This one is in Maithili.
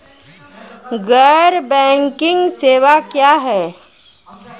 गैर बैंकिंग सेवा क्या हैं?